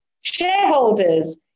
shareholders